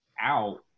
out